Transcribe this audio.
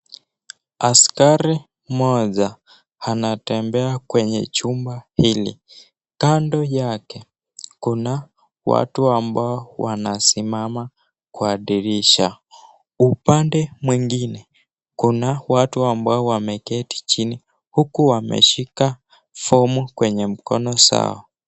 Askari mmoja anatembea kwenye chumba hili kando yake kuna watu ambao wanasimama kwa dirisha. Upande mwingine kuna watu ambao wameketi chini huku wameshika fomu kwenye mkono zao.